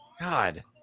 God